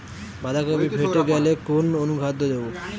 বাঁধাকপি ফেটে গেলে কোন অনুখাদ্য দেবো?